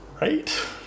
Right